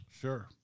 sure